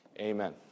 Amen